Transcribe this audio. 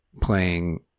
playing